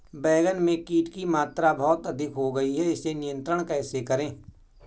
बैगन में कीट की मात्रा बहुत अधिक हो गई है इसे नियंत्रण कैसे करें?